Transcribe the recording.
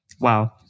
Wow